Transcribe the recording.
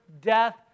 death